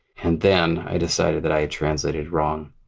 and then i decided that i had translated wrong.